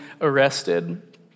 arrested